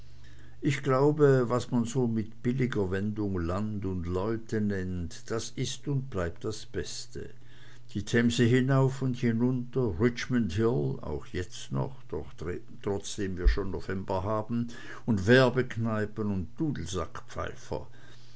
ich glaube was man so mit billiger wendung land und leute nennt das ist und bleibt das beste die themse hinauf und hinunter richmond hill auch jetzt noch trotzdem wir schon november haben und werbekneipen und